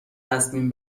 تصمیم